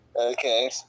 Okay